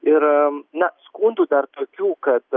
ir na skundų dar tokių kad